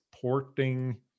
porting